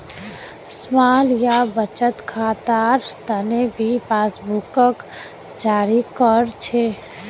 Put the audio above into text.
small या बचत खातार तने भी पासबुकक जारी कर छे